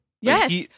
Yes